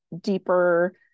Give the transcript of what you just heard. deeper